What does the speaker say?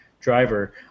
driver